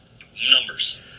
numbers